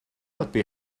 helpu